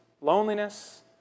loneliness